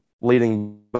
leading